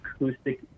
acoustic